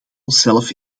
onszelf